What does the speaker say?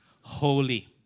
holy